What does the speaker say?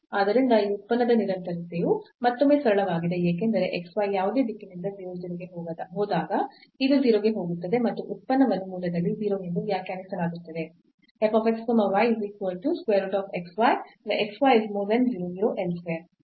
ಆದ್ದರಿಂದ ಈ ಉತ್ಪನ್ನದ ನಿರಂತರತೆಯು ಮತ್ತೊಮ್ಮೆ ಸರಳವಾಗಿದೆ ಏಕೆಂದರೆ x y ಯಾವುದೇ ದಿಕ್ಕಿನಿಂದ 0 0 ಗೆ ಹೋದಾಗ ಇದು 0 ಗೆ ಹೋಗುತ್ತದೆ ಮತ್ತು ಉತ್ಪನ್ನವನ್ನು ಮೂಲದಲ್ಲಿ 0 ಎಂದು ವ್ಯಾಖ್ಯಾನಿಸಲಾಗುತ್ತದೆ